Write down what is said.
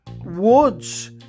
Woods